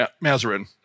Mazarin